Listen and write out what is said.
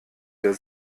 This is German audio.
der